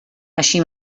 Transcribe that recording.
així